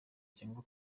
cyangwa